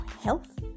health